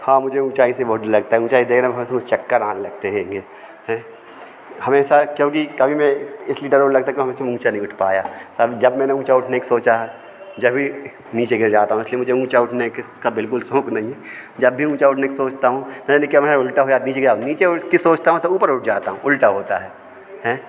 हाँ मुझे ऊंचाई से बहुत डर लगता है ऊंचाई देखना एक दम चक्कर आने लगते हैंगे हैं हमेशा क्योंकि कभी मैं इसलिए डर और लगता है कि मैं हमेशा ऊंचा नहीं बैठ पाया जब मैंने ऊंचा उठने का सोचा जभी नीचे गिर जाता हूँ इसलिए मुझे ऊंचा उठने का बिल्कुल शौक़ नहीं जब भी ऊंचा उठने की सोचता हूँ पता नहीं क्या मैं उलटा बीच गया नीचे उठ के सोचता हूँ तब ऊपर उठ जाता हूँ उलटा होता है हैं